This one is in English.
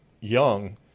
young